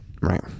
Right